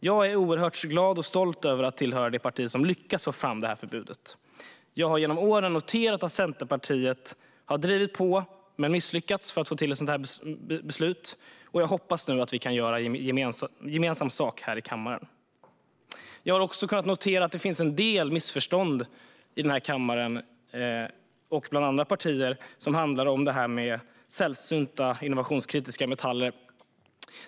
Jag är oerhört glad och stolt över att tillhöra det parti som lyckats få fram detta förbud. Jag har genom åren noterat att Centerpartiet har drivit på men misslyckats med att få till ett sådant här beslut. Jag hoppas nu att vi kan göra gemensam sak här i kammaren. Jag har kunnat notera att det råder en del missförstånd i den här kammaren bland andra partier vad gäller sällsynta innovationskritiska metaller.